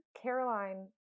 Caroline